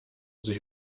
sich